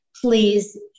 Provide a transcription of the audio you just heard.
please